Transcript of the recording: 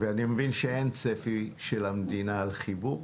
אני מבין שאין צפי של המדינה לחיבור.